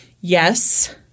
yes—